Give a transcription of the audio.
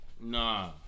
Nah